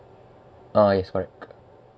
uh yes correct